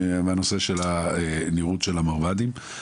נושא הנראות של המרב"דים.